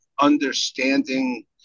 understanding